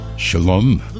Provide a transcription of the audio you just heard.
Shalom